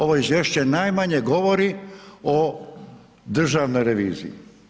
Ovo izvješće najmanje govori o državnoj reviziji.